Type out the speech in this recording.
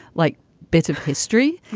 like bit of history.